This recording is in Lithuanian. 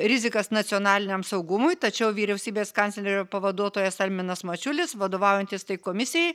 rizikas nacionaliniam saugumui tačiau vyriausybės kanclerio pavaduotojas alminas mačiulis vadovaujantis tai komisijai